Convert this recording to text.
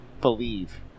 believe